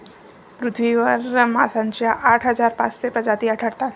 पृथ्वीवर माशांच्या आठ हजार पाचशे प्रजाती आढळतात